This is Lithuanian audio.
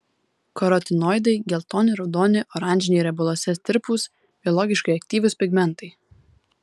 karotinoidai geltoni raudoni oranžiniai riebaluose tirpūs biologiškai aktyvūs pigmentai